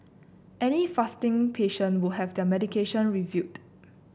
any fasting patient would have their medication reviewed